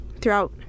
throughout